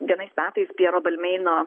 vienais metais piero balmeino